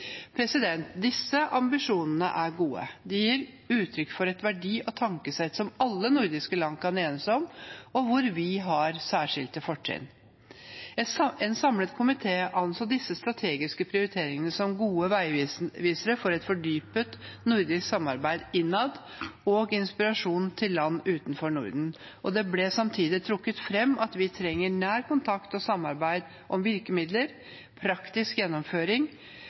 Disse ambisjonene er gode. De gir uttrykk for et verdi- og tankesett som alle nordiske land kan enes om, og hvor vi har særskilte fortrinn. En samlet komité anså disse strategiske prioriteringene som gode veivisere for et fordypet nordisk samarbeid innad og inspirasjon til land utenfor Norden. Det ble samtidig trukket fram at vi trenger nær kontakt og samarbeid om virkemidler og praktisk gjennomføring,